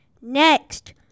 next